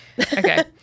Okay